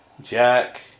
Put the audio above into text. Jack